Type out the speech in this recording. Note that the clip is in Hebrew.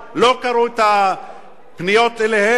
לא קראו את הפניות אליהם?